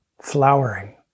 flowering